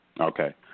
Okay